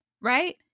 right